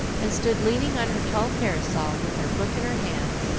and stood leaning on her tall parasol with her book in her hand,